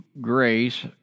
grace